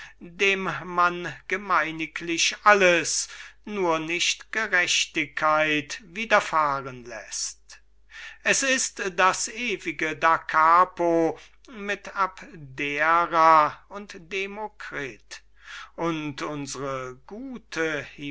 dem man gemeiniglich alles nur nicht gerechtigkeit widerfahren läßt es ist das ewige dacapo mit abdera und demokrit und unsre guten